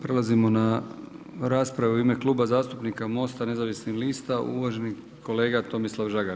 Prelazimo na rasprave u ime Kluba zastupnika Most-a nezavisnih lista uvaženi kolega Tomislav Žagar.